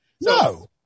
No